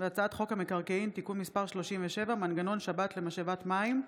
הצעת חוק המקרקעין (תיקון מס' 37) (מנגנון שבת למשאבת מים),